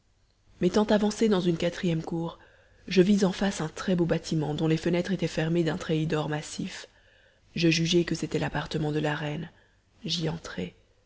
m'étant avancée dans une quatrième cour j'y vis en face un trèsbeau bâtiment dont les fenêtres étaient fermées d'un treillis d'or massif je jugeai que c'était l'appartement de la reine j'y entrai